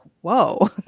Whoa